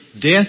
Death